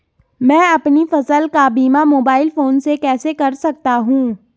मैं अपनी फसल का बीमा मोबाइल फोन से कैसे कर सकता हूँ?